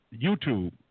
YouTube